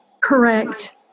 correct